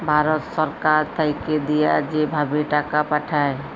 ভারত ছরকার থ্যাইকে দিঁয়া যে ভাবে টাকা পাঠায়